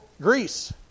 Greece